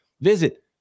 visit